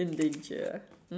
in danger ah